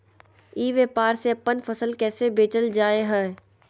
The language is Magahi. ई व्यापार से अपन फसल कैसे बेचल जा हाय?